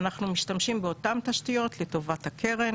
אנחנו משתמשים באותן תשתיות לטובת הקרן